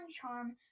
charm